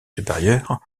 supérieurs